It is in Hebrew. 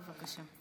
בבקשה.